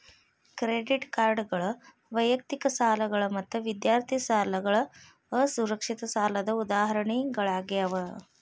credit ಕಾರ್ಡ್ಗಳ ವೈಯಕ್ತಿಕ ಸಾಲಗಳ ಮತ್ತ ವಿದ್ಯಾರ್ಥಿ ಸಾಲಗಳ ಅಸುರಕ್ಷಿತ ಸಾಲದ್ ಉದಾಹರಣಿಗಳಾಗ್ಯಾವ